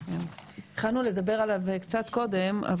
התחלנו לדבר עליו קצת קודם,